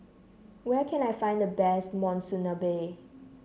where can I find the best Monsunabe